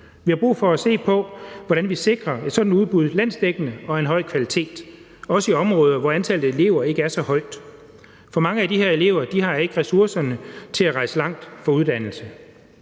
Vi har brug for at se på, hvordan vi sikrer et sådant udbud landsdækkende og af en høj kvalitet også i områder, hvor antallet af elever ikke er så højt, for mange af de her elever har ikke ressourcerne til at rejse langt for uddannelse.